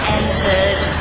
entered